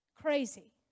crazy